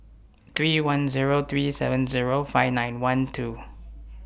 three one Zero three seven Zero five nine one two